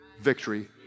victory